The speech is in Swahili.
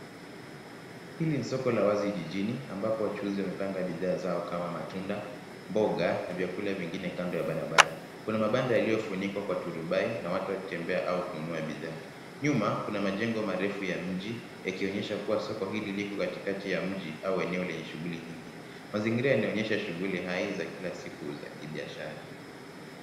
Hili ni soko la wazi jijini ambapo wachuuzi wamepanga bidhaa zao kama matunda, mboga na vyakula vingine kando ya barabara. Kuna mabanda yaliyofunikwa kwa turubai, na watu wakitembea au kununua bidhaa. Nyuma, kuna majengo marefu ya mji, yakionyesha kuwa soko hili liko katikati ya mji au eneo lenye shughuli nyingi. Mazingira yaonyesha shughuli hai za kila siku ya kibiashara.